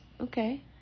Okay